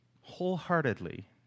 wholeheartedly